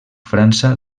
frança